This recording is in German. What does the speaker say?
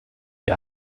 die